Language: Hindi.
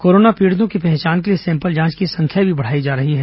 कोरोना पीड़ितों की पहचान के लिए सैंपल जांच की संख्या भी बढ़ाई जा रही है